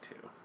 two